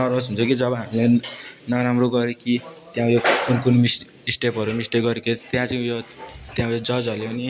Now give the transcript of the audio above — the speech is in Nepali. नर्भस हुन्छ कि जब हामीले नराम्रो गऱ्यो कि त्यहाँ उयो कुन कुन स्टेपहरू मिस्टेक गर्यो कि त्यहाँ चाहिँ उयो त्यहाँबाट जर्जहरूले पनि